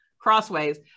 crossways